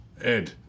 Ed